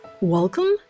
Welcome